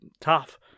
tough